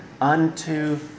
unto